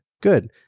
Good